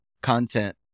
content